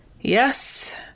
Yes